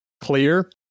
clear